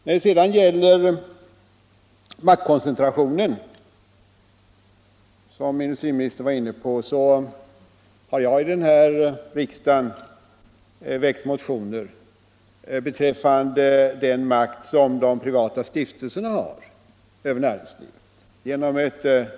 När det sedan gäller maktkoncentrationen, som industriministern var inne på, så har jag här i riksdagen väckt motioner beträffande den makt som de privata stiftelserna har över näringslivet.